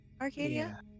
Arcadia